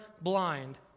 blind